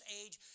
age